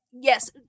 Yes